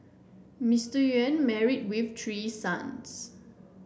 Mister Nguyen married with three sons